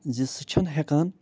زِ سُہ چھِنہٕ ہٮ۪کان